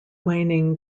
waning